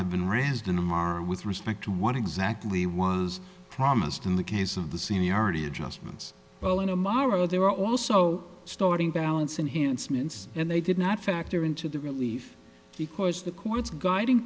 have been random are with respect to what exactly was promised in the case of the seniority adjustments well in a morrow they were also starting balance enhanced minutes and they did not factor into the relief because the court's guiding